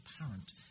apparent